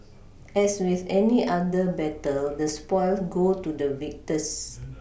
as with any other battle the spoils go to the victors